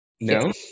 No